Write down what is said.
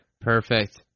Perfect